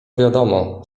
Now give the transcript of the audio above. wiadomo